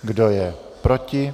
Kdo je proti?